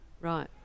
Right